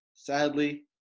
Sadly